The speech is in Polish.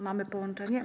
Mamy połączenie?